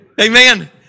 Amen